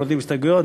מורידים הסתייגויות,